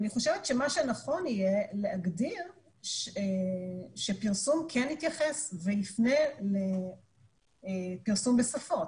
אני חושבת שמה שנכון יהיה להגדיר שפרסום כן יתייחס ויפנה לפרסום בשפות.